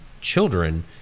children